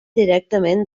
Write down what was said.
directament